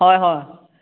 হয় হয়